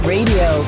Radio